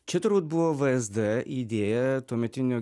čia turbūt buvo vsd idėja tuometinio